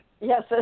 Yes